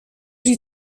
die